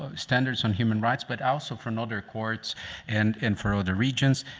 ah standards on human rights but also from other courts and and for other regions.